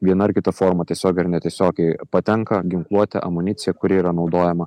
viena ar kita forma tiesiogiai ar netiesiogiai patenka ginkluotė amunicija kuri yra naudojama